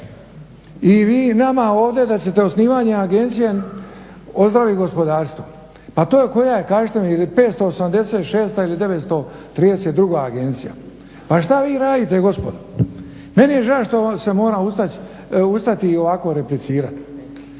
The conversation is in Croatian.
i vi nama ovdje da ćete osnivanjem agencije ozdravit gospodarstvo. Pa to koja je, kažite mi je li 586 ili 932 agencija. Pa šta vi radite gospodo? Meni je žao što se moram ustati i ovako replicirati.